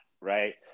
right